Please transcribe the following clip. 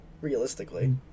realistically